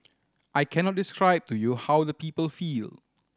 I cannot describe to you how the people feel